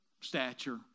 stature